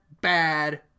bad